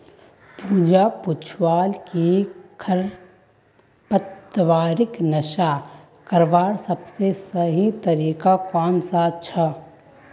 पूजा पूछाले कि खरपतवारक नाश करवार सबसे सही तरीका कौन सा छे